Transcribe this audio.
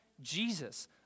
Jesus